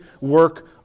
work